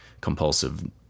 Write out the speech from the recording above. compulsive